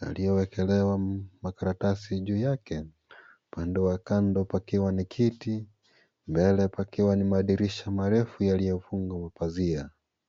yaliyowekelewa makaratasi juu yake. Upande wa kando pakiwa ni kiti, mbele pakiwa ni madirisha marefu yaliyofungwa na pazia.